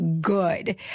good